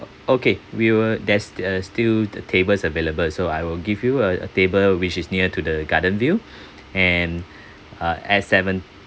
okay we will there's st~ still tables available so I will give you a table which is near to the garden view and uh at seven